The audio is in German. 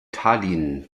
tallinn